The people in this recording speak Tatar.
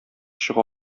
чыга